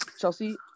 Chelsea